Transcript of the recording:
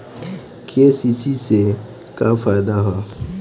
KCC से का फायदा ह?